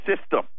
system